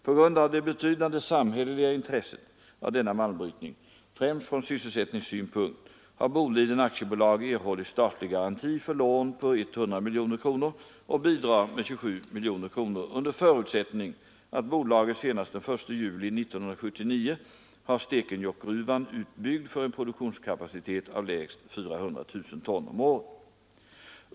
På grund av det betydande samhälleliga intresset av denna malmbrytning, främst från sysselsättningssynpunkt, har Boliden AB erhållit statlig garanti för lån på 100 miljoner kronor och bidrag med 27 miljoner kronor under förutsättning att bolaget senast den 1 juli 1979 har Stekenjokkgruvan utbyggd för en produktionskapacitet av lägst 400 000 ton om året.